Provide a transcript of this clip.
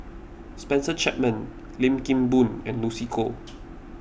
Spencer Chapman Lim Kim Boon and Lucy Koh